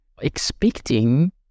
expecting